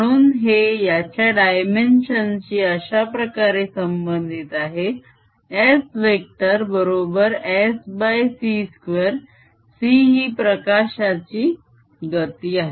म्हणून हे याच्या डायमेन्शनशी अश्याप्रकारे संबंधित आहे S वेक्टर बरोबर Sc2 c ही प्रकाशाची गती आहे